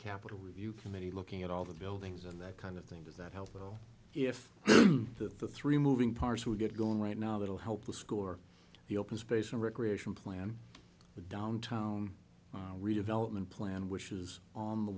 capital review committee looking at all the buildings and that kind of thing does that help though if the three moving parts would get going right now that will help the score the open space and recreation plan the downtown redevelopment plan which is on the